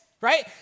right